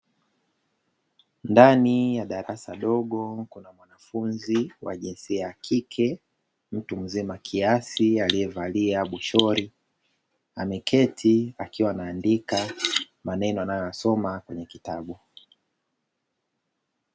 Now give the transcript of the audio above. Ndani ya darasa dogo kuna mwanafunzi wa jinsia ya kike, mtu mzima kiasi aliyevalia bosholi, ameketi akiwa anaandika maneno anayoyasoma kwenye kitabu.